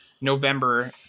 November